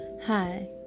Hi